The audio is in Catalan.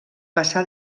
passà